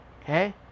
okay